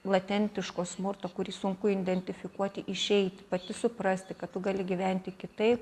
latentiško smurto kurį sunku indentifikuoti išeiti pati suprasti kad tu gali gyventi kitaip